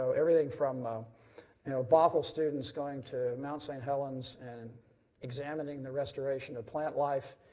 so everything from a bothell students going to mt st helens, and examining the restoration of plant life,